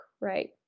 right